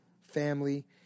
family